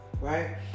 Right